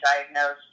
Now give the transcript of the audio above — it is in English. diagnosed